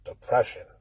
depression